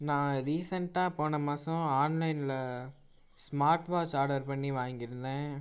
நான் ரீசெண்டாக போன மாசம் ஆன்லைனில் ஸ்மார்ட் வாட்ச் ஆர்டர் பண்ணி வாங்கி இருந்தேன்